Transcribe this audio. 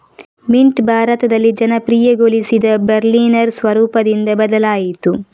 mint ಭಾರತದಲ್ಲಿ ಜನಪ್ರಿಯಗೊಳಿಸಿದ Berliner ಸ್ವರೂಪದಿಂದ ಬದಲಾಯಿತು